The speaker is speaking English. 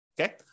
okay